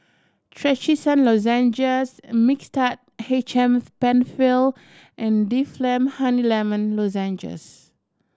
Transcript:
Trachisan Lozenges Mixtard H M Penfill and Difflam Honey Lemon Lozenges